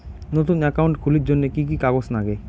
নতুন একাউন্ট খুলির জন্যে কি কি কাগজ নাগে?